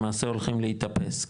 למעשה הולכים להתאפס,